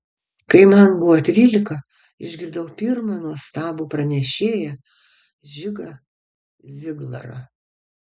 kai man buvo trylika išgirdau pirmą nuostabų pranešėją žigą ziglarą